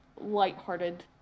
lighthearted